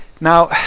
Now